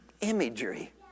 Imagery